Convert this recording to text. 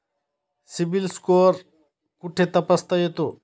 CIBIL score कुठे तपासता येतो?